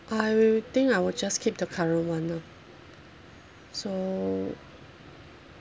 I will think I will just keep the current one nah so